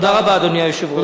תודה רבה, אדוני היושב-ראש.